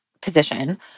position